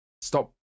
Stop